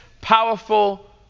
powerful